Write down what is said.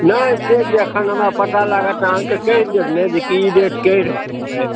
नहि से जखन हमरा पता लागत तऽ अहाँकेँ कहि देब ने जे कि ई रेट कहि रहल अछि